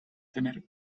tener